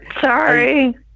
sorry